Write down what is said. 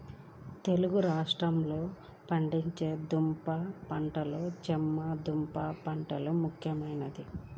తెలుగు రాష్ట్రాలలో పండించే దుంప పంటలలో చేమ దుంప పంట ముఖ్యమైనది